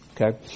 okay